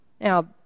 Now